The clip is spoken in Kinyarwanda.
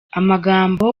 amagambo